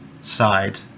side